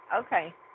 Okay